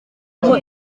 ngo